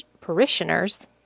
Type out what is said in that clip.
parishioners